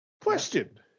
Question